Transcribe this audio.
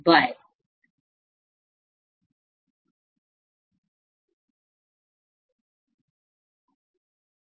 by